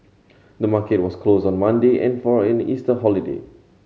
the market was closed on Monday in for an Easter holiday